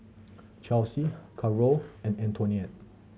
Chesley Carole and Antonette